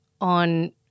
on